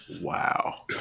Wow